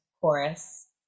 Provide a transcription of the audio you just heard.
chorus